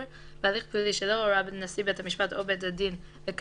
2. בהליך פלילי שלא הורה נשיא בית המשפט או בית הדין לקיימו